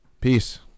Peace